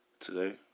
today